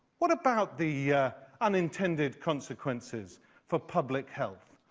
what about the unintended consequences for public health?